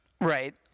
Right